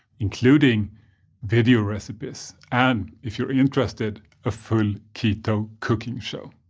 including video recipes and if you're interested, a full keto cooking show.